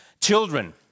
children